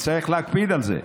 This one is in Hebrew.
וצריך להקפיד על זה,